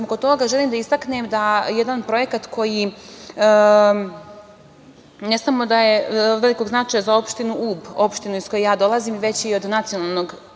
kod toga, želim da istaknem da jedan projekat koji, ne samo da je od velikog značaja za opštinu Ub, opštinu iz koje ja dolazim, već i od nacionalnog